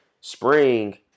spring